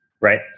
right